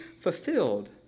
fulfilled